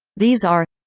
these are